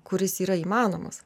kuris yra įmanomas